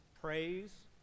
praise